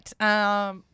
right